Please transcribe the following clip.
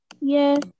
Yes